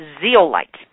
zeolite